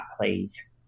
please